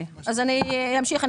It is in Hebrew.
אני אמשיך.